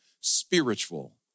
spiritual